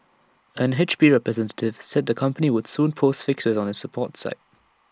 an H P representative said the company would soon post fixes on its support site